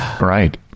right